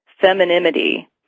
femininity